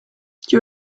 she